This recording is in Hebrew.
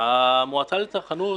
המועצה לצרכנות